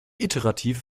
iterativ